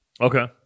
Okay